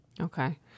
Okay